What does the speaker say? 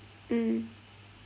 mm